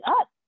up